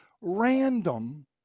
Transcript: random